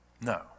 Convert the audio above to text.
No